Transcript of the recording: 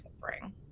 suffering